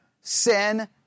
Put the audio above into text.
Sin